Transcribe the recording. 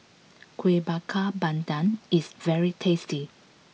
Kueh Bakar Pandan is very tasty